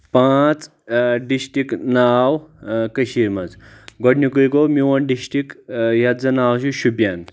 پانٛژ ڈسٹک ناو کٔشیٖر منٛز گۄڈنکُے گوٚو میون ڈسٹک یتھ زن ناو چھُ شُپین